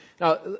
Now